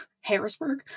Harrisburg